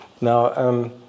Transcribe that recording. Now